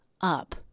up